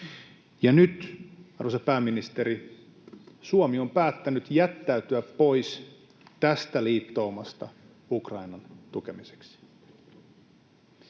Nyt, arvoisa pääministeri, Suomi on päättänyt jättäytyä pois tästä liittoumasta Ukrainan tukemiseksi.